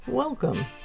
Welcome